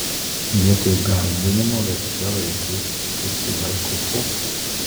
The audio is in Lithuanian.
vietoj gąsdinimo verčiau reikėtų skirti laiko pokalbiui